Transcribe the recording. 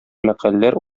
мәкаләләр